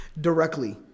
directly